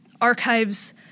archives